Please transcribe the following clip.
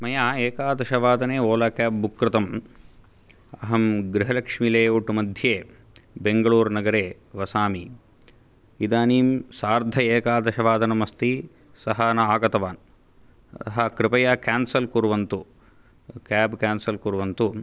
मया एकादशवादने Ola cab book कृतम् अहं गृहलक्ष्मि लेयौट् मध्ये बेङ्गळूरुनगरे वसामि इदानीं सार्ध एकादशवादनमस्ति सः न आगतवान् अतः कृपया केन्सल् कुर्वन्तु केब् केन्सल् कुर्वन्तु